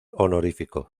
honorífico